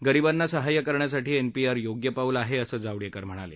गरिंबाना सहाय्य करण्यासाठी एनपीआर योग्य पाऊल आहे असं जावडेकर म्हणाले